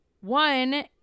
One